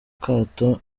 kato